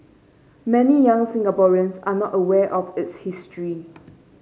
many young Singaporeans are not aware of its history